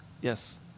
Yes